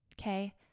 Okay